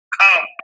come